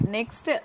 Next